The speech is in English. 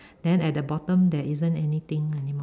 then at the bottom there isn't anything anymore